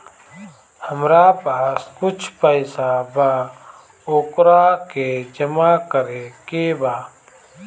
हमरा पास कुछ पईसा बा वोकरा के जमा करे के बा?